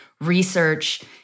research